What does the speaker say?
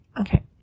Okay